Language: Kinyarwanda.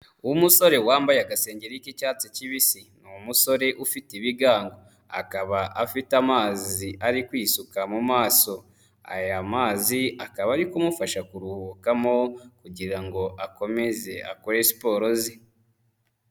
Umusore wambaye agasengeri cy'icyatsi kibisi, ni umusore ufite ibiga ngo, akaba afite amazi ari kwisuka mu maso. Aya mazi akaba ari kumufasha kuruhukamo kugira ngo akomeze akore siporo ze.